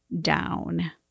down